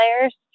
layers